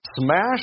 Smash